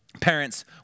parents